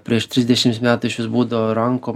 prieš trisdešimts metų išvis būdavo rankom